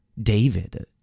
David